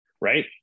right